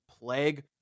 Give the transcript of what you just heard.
plague